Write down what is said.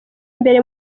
mbere